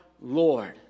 Lord